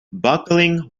bucking